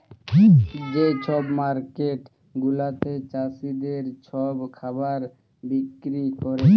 যে ছব মার্কেট গুলাতে চাষীদের ছব খাবার বিক্কিরি ক্যরে